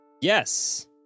Yes